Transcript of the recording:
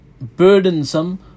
burdensome